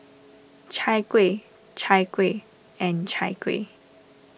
Chai Kueh Chai Kueh and Chai Kueh